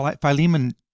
Philemon